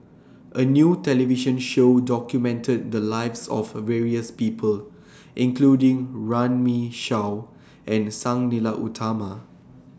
A New television Show documented The Lives of various People including Runme Shaw and Sang Nila Utama